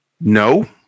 No